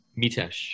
Mitesh